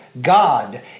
God